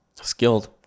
skilled